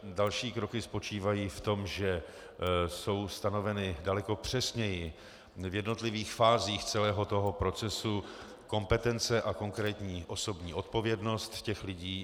Další kroky spočívají v tom, že jsou stanoveny daleko přesněji v jednotlivých fázích celého procesu kompetence a konkrétní osobní odpovědnost těch lidí.